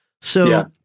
So-